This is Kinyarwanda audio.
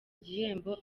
gihembo